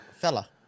Fella